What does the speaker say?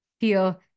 feel